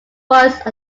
voice